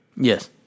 Yes